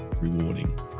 rewarding